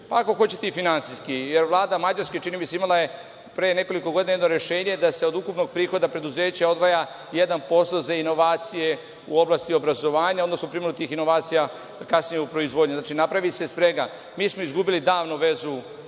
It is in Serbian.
ako hoćete i finansijski, jer Vlada Mađarske je čini mi se imala pre nekoliko godina jedno rešenje da se od ukupnog prihoda preduzeća odvaja jedan posto za inovacije u oblasti obrazovanja, odnosno primenu tih inovacija kasnije u proizvodnji. Znači, napravi se sprega. Mi smo izgubili davno vezu